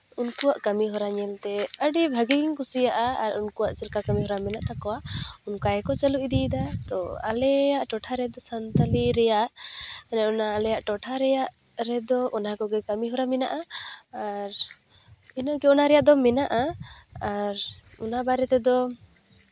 ᱩᱱᱠᱩᱣᱟᱜ ᱠᱟᱹᱢᱤᱦᱚᱨᱟ ᱧᱮᱞᱛᱮ ᱟᱹᱰᱤ ᱵᱷᱟᱜᱮ ᱜᱮᱧ ᱠᱩᱥᱤᱭᱟᱜᱼᱟ ᱟᱨ ᱩᱱᱠᱩᱣᱟᱜ ᱪᱮᱫ ᱞᱮᱠᱟ ᱠᱟᱹᱢᱤᱦᱚᱨᱟ ᱢᱮᱱᱟᱜ ᱛᱟᱠᱚᱣᱟ ᱚᱱᱠᱟ ᱜᱮᱠᱚ ᱪᱟᱹᱞᱩ ᱤᱫᱤᱭᱮᱫᱟ ᱛᱚ ᱟᱞᱮᱭᱟᱜ ᱴᱚᱴᱷᱟ ᱨᱮᱫᱚ ᱥᱟᱱᱛᱟᱲᱤ ᱨᱮᱭᱟᱜ ᱚᱱᱮ ᱚᱱᱟ ᱟᱞᱮᱭᱟᱜ ᱴᱚᱴᱷᱟ ᱨᱮᱭᱟᱜ ᱨᱮᱫᱚ ᱚᱱᱟᱠᱚᱜᱮ ᱠᱟᱹᱢᱤᱦᱚᱨᱟ ᱢᱮᱱᱟᱜᱼᱟ ᱟᱨ ᱤᱱᱟᱹᱜᱮ ᱚᱱᱟ ᱨᱮᱭᱟᱜ ᱫᱚ ᱢᱮᱱᱟᱜᱼᱟ ᱟᱨ ᱚᱱᱟ ᱵᱟᱨᱮ ᱛᱮᱫᱚ